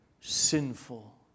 sinful